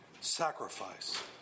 sacrifice